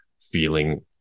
feeling